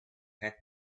had